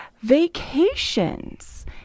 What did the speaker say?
vacations